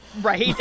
Right